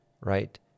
right